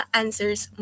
answers